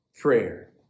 prayer